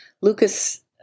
Lucas